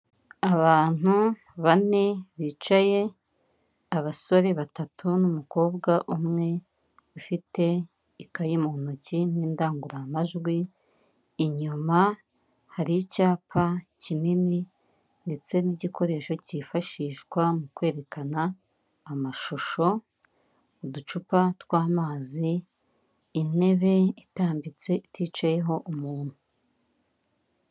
Abantu bane bicaye, abasore batatu n'umukobwa umwe, ufite ikayi mu ntoki n'indangururamajwi, inyuma hari icyapa kinini ndetse n'igikoresho cyifashishwa mu kwerekana amashusho, uducupa tw'amazi, intebe itambitse iticayeho umuntu.